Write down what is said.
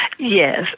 Yes